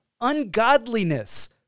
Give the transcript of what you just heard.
ungodliness